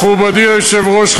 מכובדי היושב-ראש,